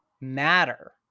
matter